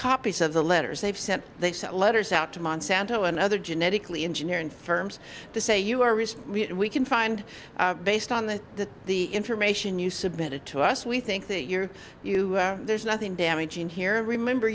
copies of the letters they've sent they sent letters out to monsanto and other genetically engineering firms to say you are risk we can find based on the the information you submitted to us we think that you're you there's nothing damaging here remember